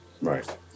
Right